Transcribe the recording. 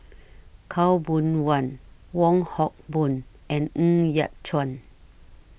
Khaw Boon Wan Wong Hock Boon and Ng Yat Chuan